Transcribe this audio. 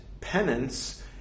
penance